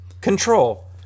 control